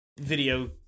video